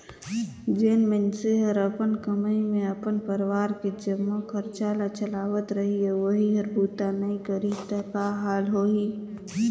जेन मइनसे हर अपन कमई मे अपन परवार के जम्मो खरचा ल चलावत रही अउ ओही हर बूता नइ करही त का हाल होही